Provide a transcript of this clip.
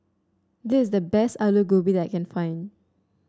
this is the best Aloo Gobi that I can find